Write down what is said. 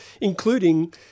including